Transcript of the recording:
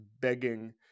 begging